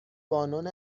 بانون